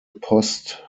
post